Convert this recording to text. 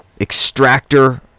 extractor